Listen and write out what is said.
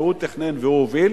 שהוא תכנן והוא הוביל,